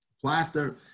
Plaster